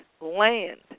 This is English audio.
land